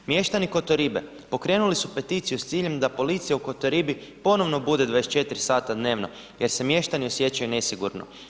Mještani Kotoribe pokrenuli su peticiju s ciljem da policija u Kotoribi ponovno bude 24 sata dnevno jer se mještani osjećaju nesigurno.